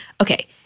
Okay